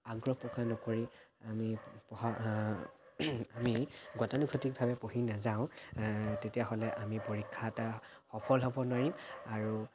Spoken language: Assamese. আগ্ৰহ প্ৰকাশ নকৰি আমি পঢ়া আমি গতানুগতিকভাৱে পঢ়ি নাযাওঁ তেতিয়াহ'লে আমি পৰীক্ষাত সফল হ'ব নোৱাৰিম আৰু